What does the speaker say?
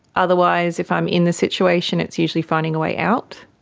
otherwise if i'm in the situation it's usually finding a way out.